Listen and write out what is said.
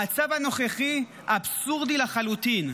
המצב הנוכחי אבסורדי לחלוטין.